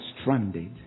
stranded